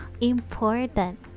important